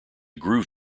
groove